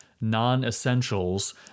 non-essentials